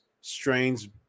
strange